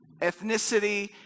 ethnicity